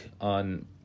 on